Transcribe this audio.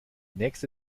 nächste